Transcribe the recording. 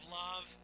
love